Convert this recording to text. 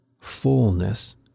fullness